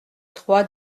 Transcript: trois